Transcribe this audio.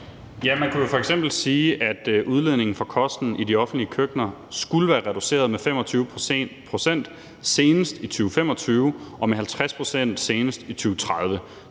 man kunne jo f.eks. sige, at udledningen fra kosten i de offentlige køkkener skulle være reduceret med 25 pct. senest i 2025 og med 50 pct. senest i 2030.